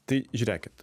tai žiūrėkit